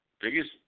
Biggest